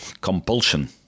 compulsion